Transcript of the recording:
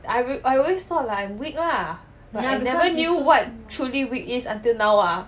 I re~ I always thought like I weak lah but I never knew what truly weak is until now ah